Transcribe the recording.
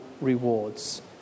rewards